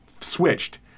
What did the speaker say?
switched